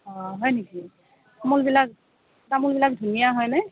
অ হয় নেকি তামোলবিলাক তামোলবিলাক ধুনীয়া হয়নে